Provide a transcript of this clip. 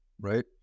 right